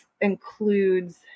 includes